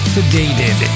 Sedated